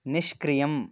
निष्क्रियम्